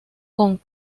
con